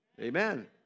Amen